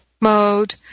mode